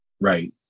Right